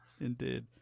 Indeed